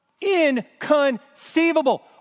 Inconceivable